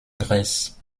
grèce